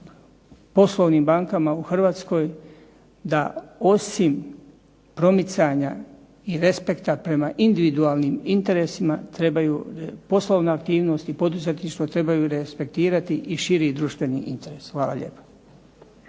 poslovnim bankama u Hrvatskoj da osim promicanja i respekta prema individualnim interesima trebaju poslovne aktivnosti i podizati što trebaju respektirati i širi društveni interes. Hvala lijepa.